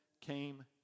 came